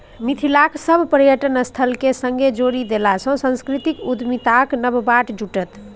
मिथिलाक सभ पर्यटन स्थलकेँ एक संगे जोड़ि देलासँ सांस्कृतिक उद्यमिताक नब बाट खुजत